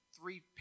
three